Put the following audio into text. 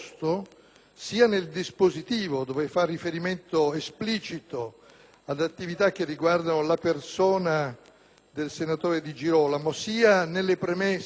Grazie,